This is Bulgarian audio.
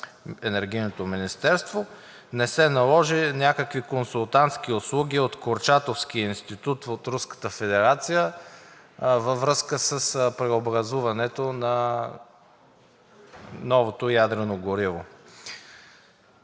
Енергийното министерство, не се наложат някакви консултантски услуги от Курчатовския институт от Руската федерация във връзка с преобразуването на новото ядрено гориво.